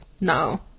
no